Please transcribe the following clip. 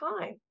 time